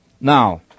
Now